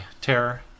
Terror